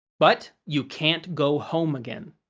but, you can't go home again.